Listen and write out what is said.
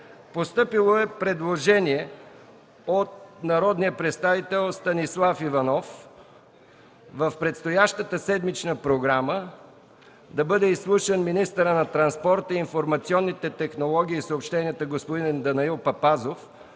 Постъпило е предложение от народния представител Станислав Иванов в предстоящата седмична програма да бъде изслушан министърът на транспорта, информационните технологии и съобщенията господин Данаил Папазов